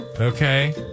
Okay